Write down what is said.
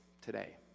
today